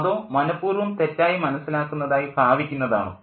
അതോ മനഃപൂർവ്വം തെറ്റായി മനസ്സിലാക്കുന്നതായി ഭാവിക്കുന്നതാണോ